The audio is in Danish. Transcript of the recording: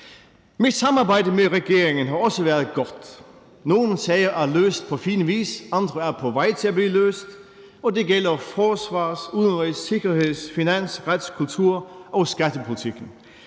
Mit samarbejde med regeringen har også været godt. Nogle sager er løst på fin vis, mens andre er på vej til at blive løst. Det gælder forsvars-, udenrigs-, sikkerheds-, finans-, rets-, kultur- og skattepolitikken.